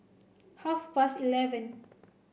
half past eleven